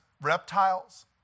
reptiles